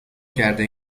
کرده